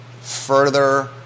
further